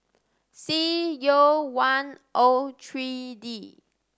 C U one O three D